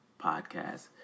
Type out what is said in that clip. Podcast